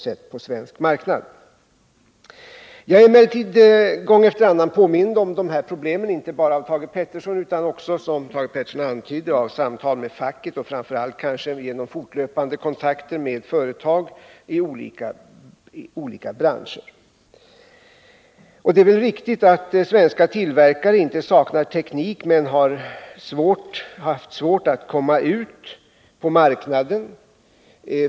Jag blir emellertid gång efter annan påmind om dessa problem inte bara av Thage Peterson utan också, som Thage Peterson antydde, vid samtal med facket och framför allt kanske genom fortlöpande kontakter med företag i olika branscher. Det är väl riktigt att svenska tillverkare inte saknar teknik men har haft svårt att komma ut på marknaden.